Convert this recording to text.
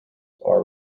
are